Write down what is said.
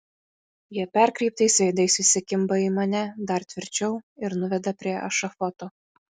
jie perkreiptais veidais įsikimba į mane dar tvirčiau ir nuveda prie ešafoto